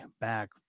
back